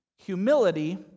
humility